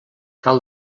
cal